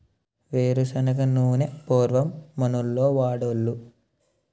ఏరు శనగ నూనె పూర్వం మనోళ్లు వాడోలు